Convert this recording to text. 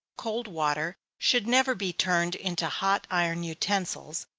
cold water should never be turned into hot iron utensils,